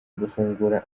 gufungura